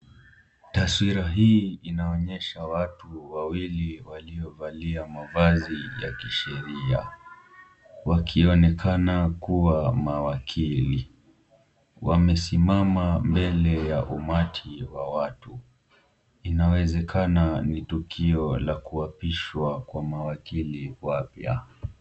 Taswira hii inaonyesha watu wawili waliovalia mavazi ya kisheria, wakionekana kuwa mawakili, wamesimama mbele ya umati wa watu, inawezekana ni tukio la kuapishwa kwa mawakili wapya.